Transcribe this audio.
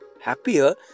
happier